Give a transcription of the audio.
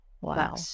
Wow